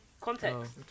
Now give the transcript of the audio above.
context